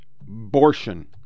abortion